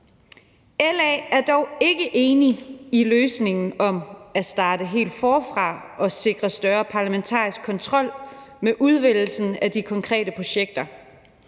LA er dog ikke enig i løsningen med at starte helt forfra og sikre større parlamentarisk kontrol med udvælgelsen af de konkrete projekter.